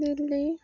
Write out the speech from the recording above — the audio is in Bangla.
দিল্লী